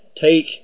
take